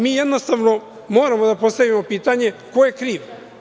Mi jednostavno moramo da postavimo pitanje – ko je kriv?